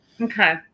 Okay